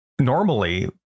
normally